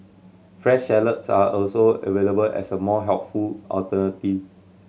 fresh salads are also available as a more healthful alternative